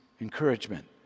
encouragement